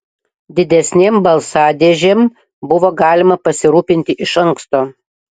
didesnėm balsadėžėm buvo galima pasirūpinti iš anksto